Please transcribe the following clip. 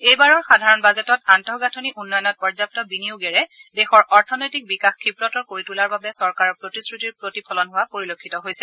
এইবাৰৰ সাধাৰণ বাজেটত আন্তঃগাঁথনি উন্নয়নত পৰ্যাপ্ত বিনিয়োগেৰে দেশৰ অৰ্থনৈতিক বিকাশ ক্ষীপ্ৰতৰ কৰি তোলাৰ বাবে চৰকাৰৰ প্ৰতিশ্ৰুতিৰ প্ৰতিফলন হোৱা পৰিলক্ষিত হৈছে